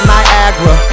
Niagara